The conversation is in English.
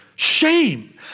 Shame